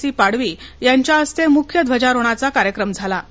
C Padvi यांच्या हस्ते मुख्य ध्वजारोहणाचा कार्यक्रम संप्पन झाला